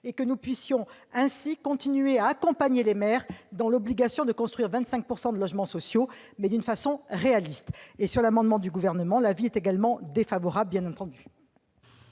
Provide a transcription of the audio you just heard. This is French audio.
et rendue pragmatique, afin de continuer à accompagner les maires dans leur obligation de construire 25 % de logements sociaux, mais d'une façon réaliste. Sur l'amendement du Gouvernement, l'avis est également défavorable, bien entendu.